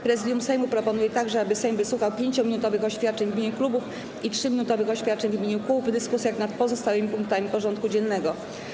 Prezydium Sejmu proponuje także, aby Sejm wysłuchał 5-minutowych oświadczeń w imieniu klubów i 3-minutowych oświadczeń w imieniu kół w dyskusjach nad pozostałymi punktami porządku dziennego.